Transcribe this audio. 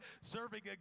serving